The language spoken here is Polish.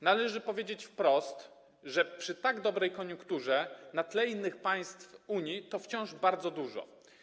Należy powiedzieć wprost, że przy tak dobrej koniunkturze na tle innych państw Unii to wciąż bardzo dużo.